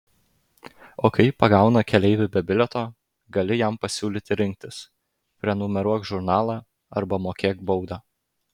o kai pagauna keleivį be bilieto gali jam pasiūlyti rinktis prenumeruok žurnalą arba mokėk baudą